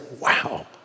Wow